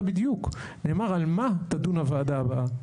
בדיוק נאמר על מה תדון הוועדה הבאה.